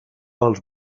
els